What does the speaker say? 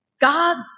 God's